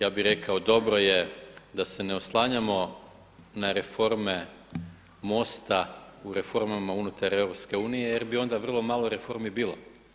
Ja bih rekao dobro je da se ne oslanjamo na reforme MOST-a u reformama unutar EU jer bi onda vrlo malo reformi bilo.